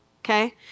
Okay